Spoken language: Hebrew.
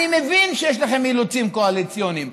אני מבין שיש לכם אילוצים קואליציוניים.